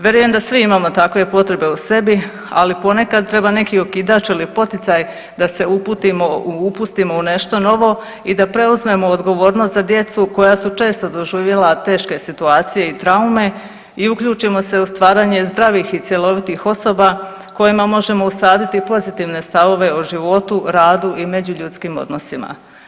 Vjerujem da svi imamo takve potrebe u sebi, ali ponekad treba neki okidač ili poticaj da se upustimo u nešto novo i da preuzmemo odgovornost za djecu koja su često doživjela teške situacije i traume i uključimo se u stvaranje zdravih i cjelovitih osoba kojima možemo usaditi pozitivne stavove o životu, radu i međuljudskim odnosima.